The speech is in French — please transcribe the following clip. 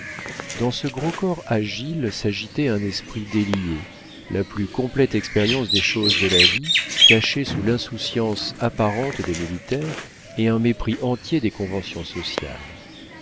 dans ce gros corps agile s'agitait un esprit délié la plus complète expérience des choses de la vie cachée sous l'insouciance apparente des militaires et un mépris entier des conventions sociales